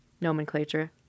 nomenclature